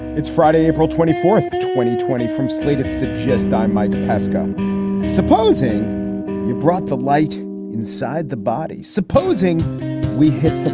it's friday, april twenty fourth, twenty twenty from slate, it's just i'm mike pesca supposing you brought the light inside the body supposing we hit the